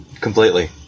Completely